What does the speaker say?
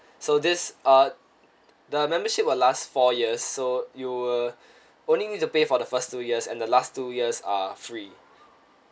so this uh the membership will last four years so you will only need to pay for the first two years and the last two years are free